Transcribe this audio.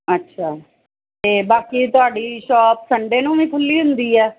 ਅੱਛਾ ਅਤੇ ਬਾਕੀ ਤੁਹਾਡੀ ਸ਼ੋਪ ਸੰਡੇ ਨੂੰ ਵੀ ਖੁੱਲ੍ਹੀ ਹੁੰਦੀ ਆ